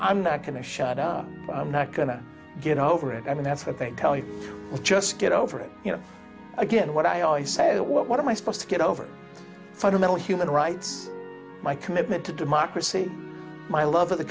i'm not going to shut up i'm not going to get over it i mean that's what they tell you just get over it you know again what i always say or what what am i supposed to get over fundamental human rights my commitment to democracy my love of the